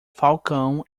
falcão